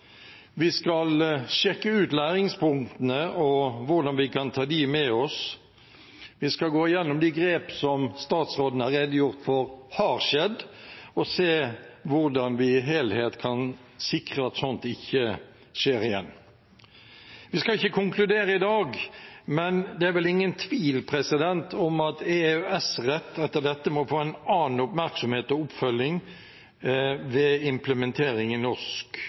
Vi skal sjekke ut læringspunktene og hvordan vi kan ta dem med oss. Vi skal gå gjennom de grep som statsråden har redegjort for har skjedd, og se hvordan vi i helhet kan sikre at sånt ikke skjer igjen. Vi skal ikke konkludere i dag, men det er vel ingen tvil om at EØS-rett etter dette må få en annen oppmerksomhet og oppfølging ved implementering i norsk